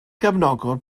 gefnogwr